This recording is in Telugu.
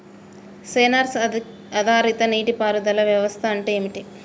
సెన్సార్ ఆధారిత నీటి పారుదల వ్యవస్థ అంటే ఏమిటి?